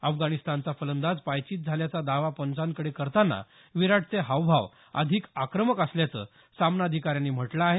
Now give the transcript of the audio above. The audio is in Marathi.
अफगाणिस्तानचा फलंदाज पायचीत झाल्याचा दावा पंचांकडे करताना विराटचे हावभाव अधिक आक्रमक असल्याचं सामनाधिकाऱ्यांनी म्हटलं आहे